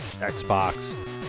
Xbox